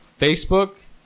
facebook